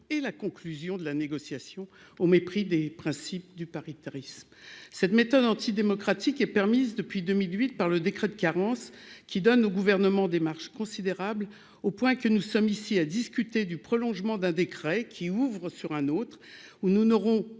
et la conclusion de la négociation, au mépris des principes du paritarisme, cette méthode anti-démocratique est permise depuis 2008 par le décret de carence qui donne au gouvernement des marges considérables au point que nous sommes ici à discuter du prolongement d'un décret qui ouvrent sur un autre où nous n'aurons